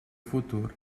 futur